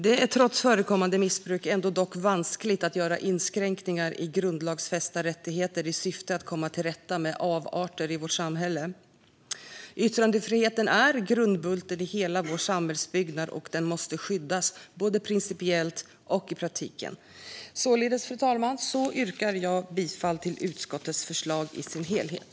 Det är trots förekommande missbruk vanskligt att göra inskränkningar i grundlagsfästa rättigheter i syfte att komma till rätta med avarter i vårt samhälle. Yttrandefriheten är grundbulten i hela vår samhällsbyggnad, och den måste skyddas både principiellt och i praktiken. Fru talman! Jag yrkar bifall till utskottets förslag i sin helhet.